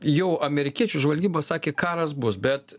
jau amerikiečių žvalgyba sakė karas bus bet